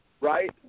right